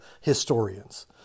historians